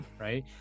right